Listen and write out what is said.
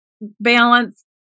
balance